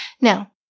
Now